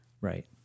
Right